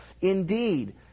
Indeed